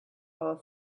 are